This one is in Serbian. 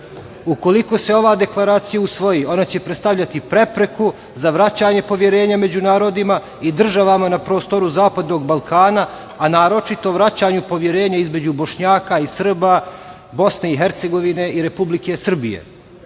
Ukoliko se ova deklaracija usvoji, ona će predstavljati prepreku za vraćanje poverenja među narodima i državama na prostoru zapadnog Balkana, a naročito vraćanju poverenja između Bošnjaka i Srba, Bosne i Hercegovine i Republike